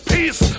Peace